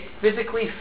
physically